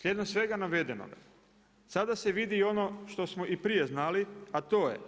Slijedom svega navedenoga sada se vidi i ono što smo i prije znali, a to je